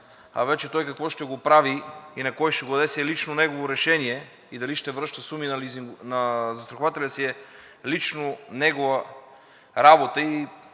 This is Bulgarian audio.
а вече той какво ще го прави и на кой ще го даде, си е лично негово решение, и дали ще връща суми на застрахователя си е лично негова работа